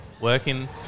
working